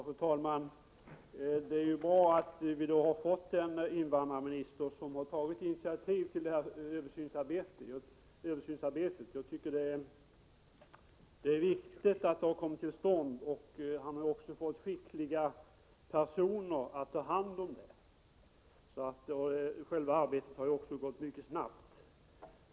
Fru talman! Det är bra att vi nu har fått en invandrarminister, som har tagit initiativ till detta översynsarbete. Det är viktigt att detta arbete har kommit tillstånd. Invandrarministern har också fått skickliga personer att ta hand om uppgiften. Själva arbetet har ju också gått mycket snabbt.